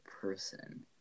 person